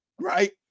right